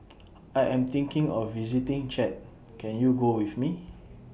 I Am thinking of visiting Chad Can YOU Go with Me